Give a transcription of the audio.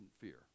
fear